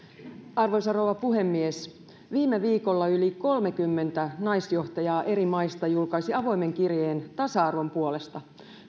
arvoisa rouva puhemies viime viikolla yli kolmekymmentä naisjohtajaa eri maista julkaisi avoimen kirjeen tasa arvon puolesta